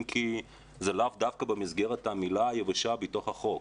אם כי זה לאו דווקא במסגרת המילה היבשה בתוך החוק,